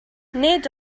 nid